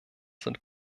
sind